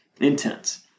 intense